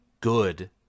good